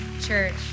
church